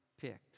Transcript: picked